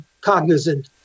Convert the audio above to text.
cognizant